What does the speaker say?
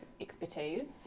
expertise